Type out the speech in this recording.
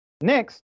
Next